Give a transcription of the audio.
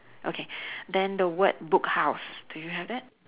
okay then the word book house do you have that